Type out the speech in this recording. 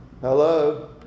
Hello